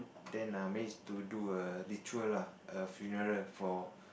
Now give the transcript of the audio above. then err manage to do a ritual lah a funeral for